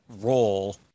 role